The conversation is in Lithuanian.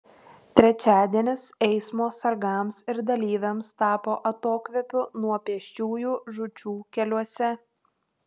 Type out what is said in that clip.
trečiadienis eismo sargams ir dalyviams tapo atokvėpiu nuo pėsčiųjų žūčių keliuose